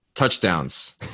touchdowns